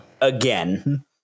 Again